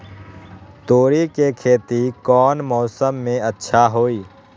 तोड़ी के खेती कौन मौसम में अच्छा होई?